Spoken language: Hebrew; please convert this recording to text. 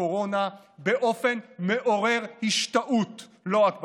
הקורונה באופן מעורר השתאות לא רק בארץ,